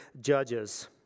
Judges